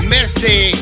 Misty